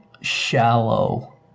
shallow